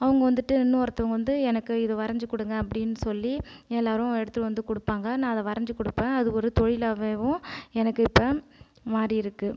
அவங்க வந்துகிட்டு இன்னொருத்தவங்கள் வந்து எனக்கு இது வரைஞ்சு கொடுங்க அப்படின்னு சொல்லி எல்லாரும் எடுத்து வந்து கொடுப்பாங்கள் நான் அதை வரைஞ்சி கொடுப்பேன் அதுக்கு ஒரு தொழிலாவும் எனக்கு இப்போ மாறி இருக்குது